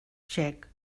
txec